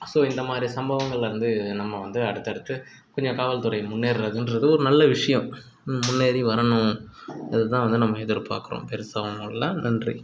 so இந்த மாதிரி சம்பவங்களை இருந்து நம்ம வந்து அடுத்தடுத்து கொஞ்சம் காவல்துறை முன்னேறதுன்றதும் ஒரு நல்ல விஷயம் முன்னேறி வரணும் இதை தான் வந்து நம்ம எதிர்பார்க்குறோம் பெருசாக ஒன்று இல்லை நன்றி